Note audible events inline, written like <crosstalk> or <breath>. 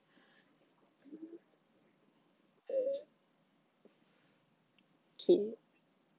<breath> okay